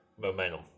momentum